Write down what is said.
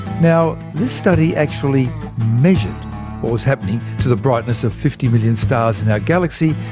now, this study actually measured what was happening to the brightness of fifty million stars in our galaxy,